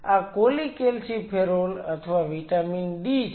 આ કોલીકેલ્સીફેરોલ અથવા vitamin d છે